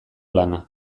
lana